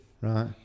Right